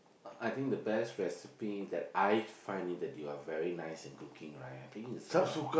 I I think the best recipe that I find it that you are very nice in coking right I think is about